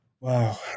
Wow